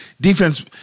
defense